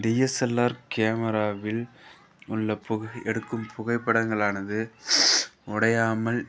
DSLR கேமராவில் உள்ள புகை எடுக்கும் புகைப்படங்களானது உடையாமல்